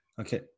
Okay